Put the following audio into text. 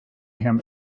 him